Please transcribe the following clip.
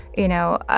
you know,